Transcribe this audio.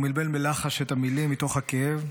הוא מלמל בלחש את המילים מתוך הכאב.